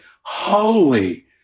holy